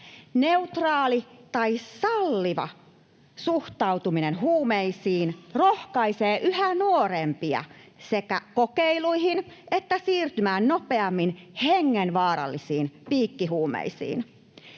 Neutraali tai salliva suhtautuminen huumeisiin rohkaisee yhä nuorempia sekä kokeiluihin että siirtymään nopeammin hengenvaarallisiin piikkihuumeisiin.